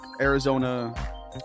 Arizona